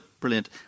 brilliant